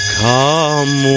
come